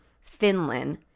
Finland